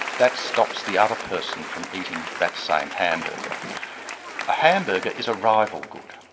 that stops the other person from eating that same hamburger a hamburger is a rival good.